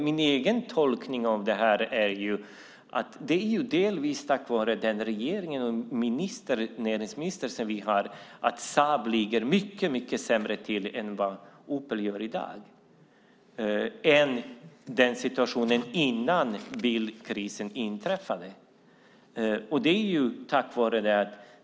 Min tolkning är att det delvis är på grund av den regering och den näringsminister vi har som Saab i dag ligger mycket sämre till än Opel jämfört med hur situationen var före bilkrisen.